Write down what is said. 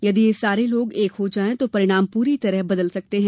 यदि ये सारे लोग एक हो जाएं तो परिणाम पूरी तरह बदल जाएंगे